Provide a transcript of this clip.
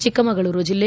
Chikkamagaluru ದಲ್ಲೆ